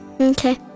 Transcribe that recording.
Okay